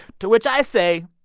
to which i say,